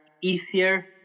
easier